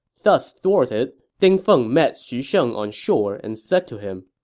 thus thwarted, ding feng met xu sheng on shore and said to him,